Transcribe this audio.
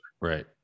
right